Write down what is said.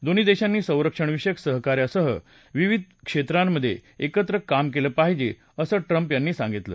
दोन्ही देशांनी संरक्षणविषयक सहकार्यासह विविध क्षेत्रांमध्ये एकत्र काम केलं पाहिजे असं ट्रंप यांनी सांगितलं